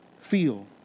feel